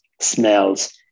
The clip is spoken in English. smells